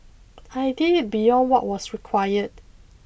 I did it beyond what was required